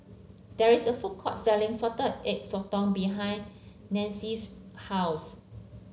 there is a food court selling Salted Egg Sotong behind Nancie's house